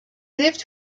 lived